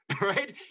right